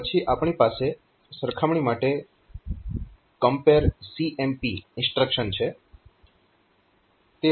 પછી આપણી પાસે સરખામણી માટે CMP ઇન્સ્ટ્રક્શન છે